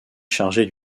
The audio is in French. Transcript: chargée